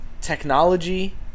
technology